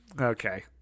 Okay